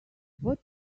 what